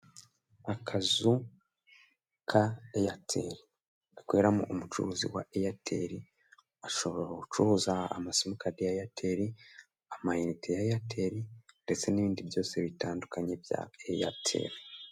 Akazu ka eyateri gakoreramo umucuruzi wa eyateri ashobora gucuruza amasimukadi ya eyateri, amayinite ya eyateri ndetse n'ibindi byose bitandukanye bya eyateri.